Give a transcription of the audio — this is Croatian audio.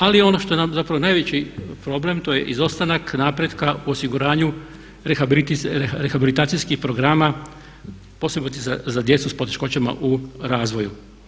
Ali ono što nam je zapravo najveći problem to je izostanak napretka u osiguranju rehabilitacijskih programa posebice za djecu s poteškoćama u razvoju.